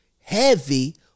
heavy